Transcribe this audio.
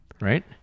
right